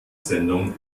sendung